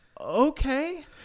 okay